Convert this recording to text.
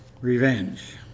Revenge